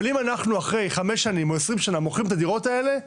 אבל אם אנחנו אחרי 15 שנה או 20 שנה מוכרים את הדירות האלה,